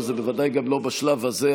וזה בוודאי גם לא בשלב הזה,